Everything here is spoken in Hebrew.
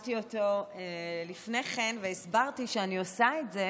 התחלתי אותו לפני כן, והסברתי שאני עושה את זה